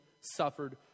suffered